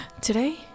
Today